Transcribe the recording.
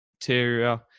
interior